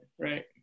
right